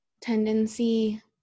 tendency